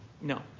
No